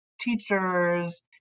teachers